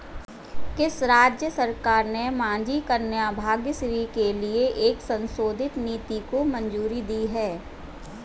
किस राज्य सरकार ने माझी कन्या भाग्यश्री के लिए एक संशोधित नीति को मंजूरी दी है?